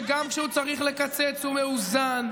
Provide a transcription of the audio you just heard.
אתם יודעים שגם כשהוא צריך לקצץ הוא מאוזן,